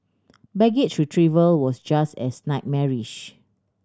baggage retrieval was just as nightmarish